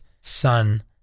son